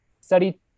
study